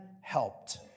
helped